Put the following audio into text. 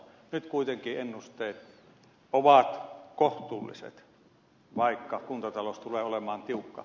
nyt kuitenkin ennusteet ovat kohtuulliset vaikka kuntatalous tulee olemaan tiukka